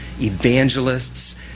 evangelists